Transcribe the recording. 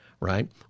right